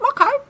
okay